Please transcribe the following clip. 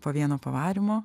po vieno pavarymo